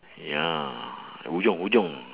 ya hujung hujung